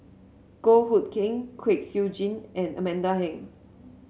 Goh Hood Keng Kwek Siew Jin and Amanda Heng